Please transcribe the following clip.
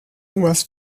was